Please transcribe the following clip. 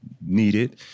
needed